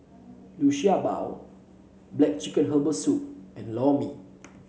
Liu Sha Bao black chicken Herbal Soup and Lor Mee